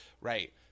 right